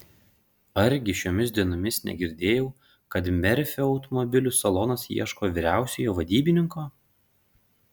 argi šiomis dienomis negirdėjau kad merfio automobilių salonas ieško vyriausiojo vadybininko